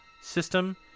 system